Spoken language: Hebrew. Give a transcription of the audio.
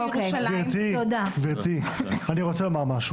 ללכת לירושלים --- גברתי, אני רוצה לומר משהו.